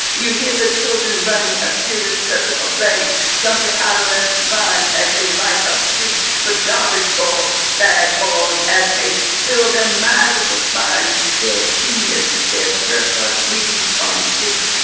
you hear the children running a furious circle of legs, jumping adolescent rhymes as they light up streets with garbage bag balls as they spill their magical spines. their genius, their surplus knees on streets.